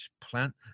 plant